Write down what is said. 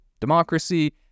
democracy